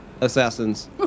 assassins